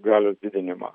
galios didinimą